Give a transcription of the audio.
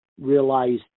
realize